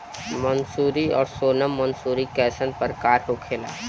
मंसूरी और सोनम मंसूरी कैसन प्रकार होखे ला?